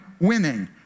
winning